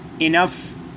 enough